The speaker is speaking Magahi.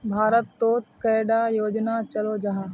भारत तोत कैडा योजना चलो जाहा?